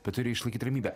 bet turi išlaikyt ramybę